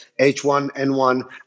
H1N1